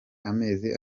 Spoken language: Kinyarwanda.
amezi